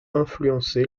influencé